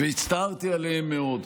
והצטערתי עליהן מאוד.